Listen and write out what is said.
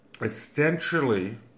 Essentially